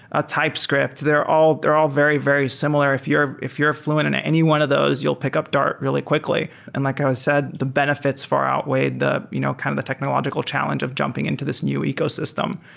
a typescript. they're all they're all very, very similar. if you're if you're fl uent in any one of those, you'll pick up dart really quickly. and like i said, the benefi ts far outweighed the you know kind of the technological challenge of jumping into this new ecosystem.